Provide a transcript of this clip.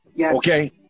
Okay